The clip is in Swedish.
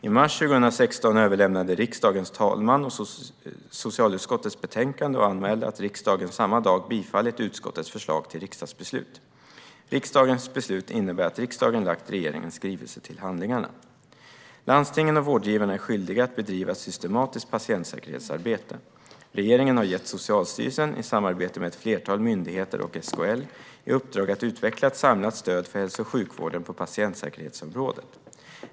I mars 2016 överlämnade riksdagens talman socialutskottets betänkande och anmälde att riksdagen samma dag bifallit utskottets förslag till riksdagsbeslut. Riksdagens beslut innebär att riksdagen lagt regeringens skrivelse till handlingarna. Landstingen och vårdgivarna är skyldiga att bedriva ett systematiskt patientsäkerhetsarbete. Regeringen har gett Socialstyrelsen, i samarbete med ett flertal myndigheter och SKL, i uppdrag att utveckla ett samlat stöd för hälso och sjukvården på patientsäkerhetsområdet.